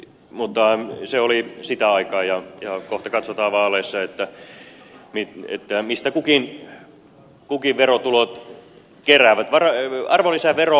mutta se oli sitä aikaa ja kohta katsotaan vaaleissa mistä kukin verotulot kerää